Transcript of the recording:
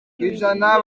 kw’ijana